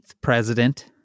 president